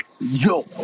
yo